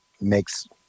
makes